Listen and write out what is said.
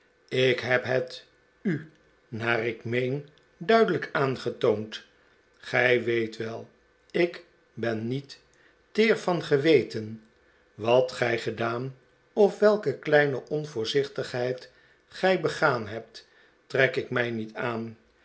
ik heb het u naar ik meen duidelijk aangetoond gij weet wel ik ben niet teer van geweten wat gij gedaan of welke kleine onvoorzichtigheid gij begaan hebt trek ik mij niet aan